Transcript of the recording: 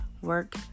work